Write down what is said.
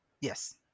Yes